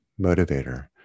motivator